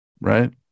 right